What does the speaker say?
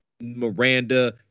Miranda